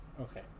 Okay